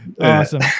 Awesome